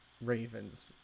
ravens